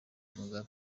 mugabe